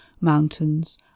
mountains